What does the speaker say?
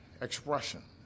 expression